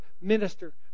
minister